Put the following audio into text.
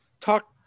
talk